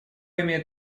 имеет